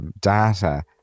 data